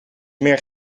meer